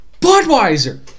Budweiser